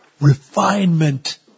refinement